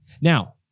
Now